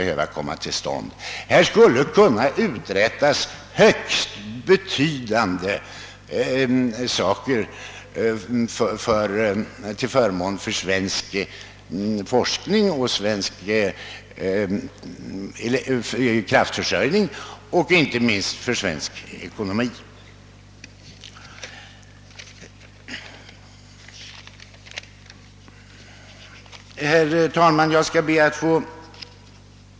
Här skulle kunna göras betydande insatser till förmån för svensk forskning, svensk kraftförsörjning och inte minst för svensk ekonomi.